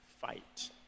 fight